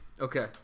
Okay